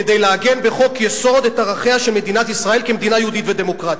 כדי לעגן בחוק-יסוד את ערכיה של מדינת ישראל כמדינה יהודית ודמוקרטית.